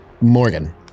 Morgan